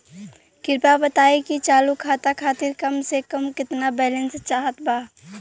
कृपया बताई कि चालू खाता खातिर कम से कम केतना बैलैंस चाहत बा